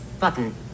Button